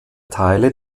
teile